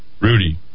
Rudy